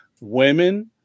women